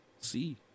see